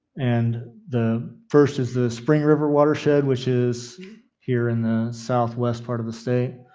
and the first is the spring river watershed, which is here in the southwest part of the state,